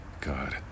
God